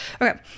Okay